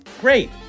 great